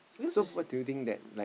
so what do you think that like